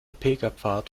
pilgerpfad